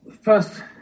First